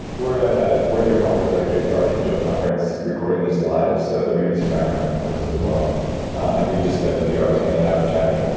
we're at ah we're at a conference, actually. the archangel conference recording this live, so there may be some background noise as well and we've just spent a few hours hanging out and chatting.